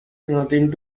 nothing